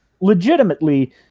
Legitimately